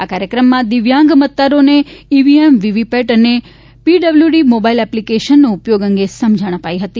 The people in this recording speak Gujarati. આ કાર્યક્રમમાં દિવ્યાંગ મતદારોને ઈવીએમ વીવીપેટ અને પીડબલ્યુડી મોબાઇલ એપ્લીકેશનના ઉપયોગ અંગે સમજણ અપાઇ હતી